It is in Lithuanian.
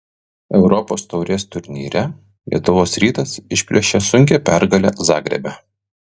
europos taurės turnyre lietuvos rytas išplėšė sunkią pergalę zagrebe